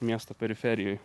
miesto periferijoj